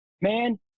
man